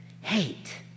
hate